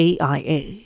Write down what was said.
AIA